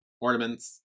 ornaments